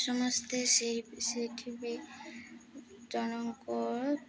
ସମସ୍ତେ ସେ ସେଠିବି ଜଣଙ୍କ